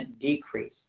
decrease